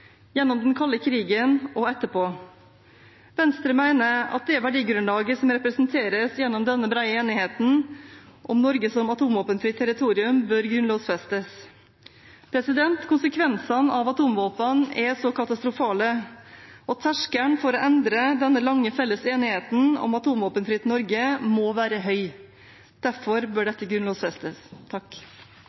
gjennom den kalde krigen og etterpå. Venstre mener at det verdigrunnlaget som representeres gjennom denne brede enigheten om Norge som atomvåpenfritt territorium, bør grunnlovfestes. Konsekvensene av atomvåpen er så katastrofale, og terskelen for å endre denne lange felles enigheten om atomvåpenfritt Norge må være høy. Derfor bør dette